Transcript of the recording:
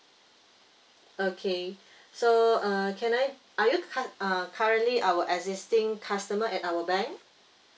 okay so uh can I are you cur~ uh currently our existing customer at our bank